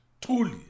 Truly